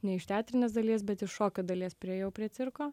ne iš teatrinės dalies bet iš šokio dalies priėjau prie cirko